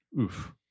oof